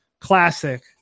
classic